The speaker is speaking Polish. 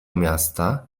miasta